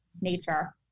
nature